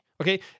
Okay